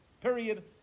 Period